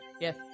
Yes